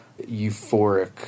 euphoric